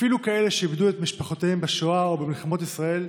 אפילו כאלה שאיבדו את משפחותיהם בשואה או במלחמות ישראל,